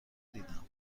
دیدم